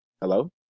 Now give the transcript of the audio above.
Hello